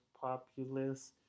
populace